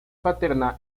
paterna